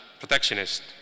protectionist